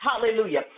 Hallelujah